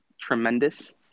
tremendous